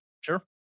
sure